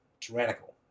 tyrannical